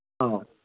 ꯑꯧ